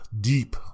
deep